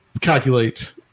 calculate